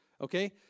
okay